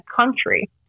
country